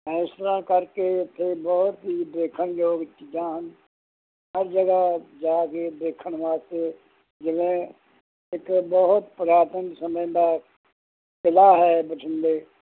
ਇਸ ਤਰ੍ਹਾਂ ਕਰਕੇ ਇੱਥੇ ਬਹੁਤ ਹੀ ਦੇਖਣ ਯੋਗ ਚੀਜ਼ਾਂ ਹਨ ਹਰ ਜਗ੍ਹਾ ਜਾ ਕੇ ਦੇਖਣ ਵਾਸਤੇ ਜਿਵੇਂ ਇੱਥੇ ਬਹੁਤ ਪੁਰਾਤਨ ਸਮੇਂ ਦਾ ਕਿਲ੍ਹਾ ਹੈ ਬਠਿੰਡੇ